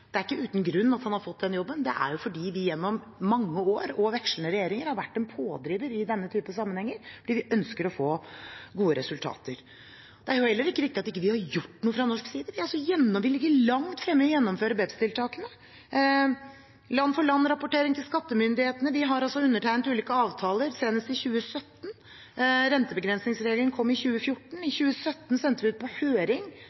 Det er ikke uten grunn at han har fått den jobben. Det er fordi vi gjennom mange år – og under vekslende regjeringer – har vært en pådriver i denne typen sammenhenger, for vi ønsker å få gode resultater. Det er heller ikke riktig at vi ikke har gjort noe fra norsk side. Vi ligger langt fremme i å gjennomføre BEPS-tiltakene, land-for-land-rapportering til skattemyndighetene, og vi har undertegnet ulike avtaler, senest i 2017. Rentebegrensningsregelen kom i 2014. I 2017 sendte vi ut på høring